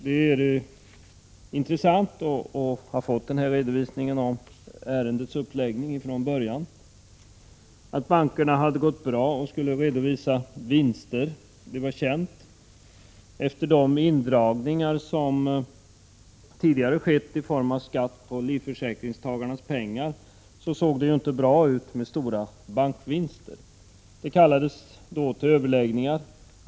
Det är intressant att ha fått den här redovisningen av ärendets uppläggning från början. Att bankerna hade gått bra och skulle redovisa vinster var känt. Efter de indragningar som tidigare skett i form av skatt på livsförsäkringstagarnas pengar såg det ju inte bra ut med stora bankvinster. Det kallades till överläggningar.